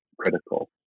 critical